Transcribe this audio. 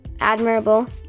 admirable